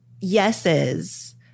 yeses